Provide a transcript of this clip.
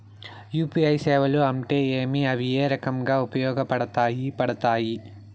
UPI సేవలు అంటే ఏమి, అవి ఏ రకంగా ఉపయోగపడతాయి పడతాయి?